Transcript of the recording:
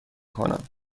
کنم